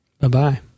Bye-bye